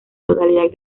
totalidad